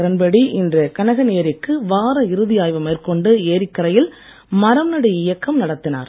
கிரண்பேடி இன்று கனகன் ஏரிக்கு வார இறுதி ஆய்வு மேற்கொண்டு ஏரிக்கரையில் மரம்நடு இயக்கம் நடத்தினார்